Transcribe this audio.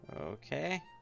Okay